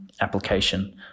application